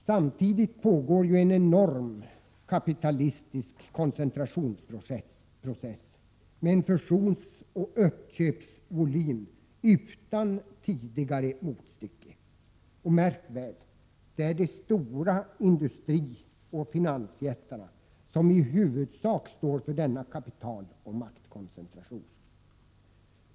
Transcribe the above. Samtidigt pågår ju en enorm kapitalistisk koncentrationsprocess med en fusionsoch uppköpsvolym utan tidigare motstycke. Och märk väl: Det är de stora industrioch finansjättarna som i huvudsak står för denna kapitaloch maktkoncentration.